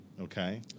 okay